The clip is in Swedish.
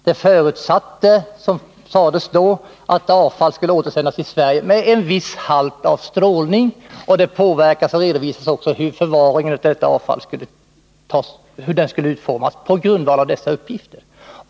Det förutsattes också, som det sades då, att avfallet skulle återsändas till Sverige med en viss strålning, och det redovisades hur förvaringen av detta avfall skulle utformas på grundval av uppgifterna om denna strålning.